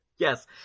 Yes